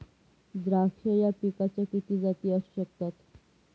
द्राक्ष या पिकाच्या किती जाती असू शकतात?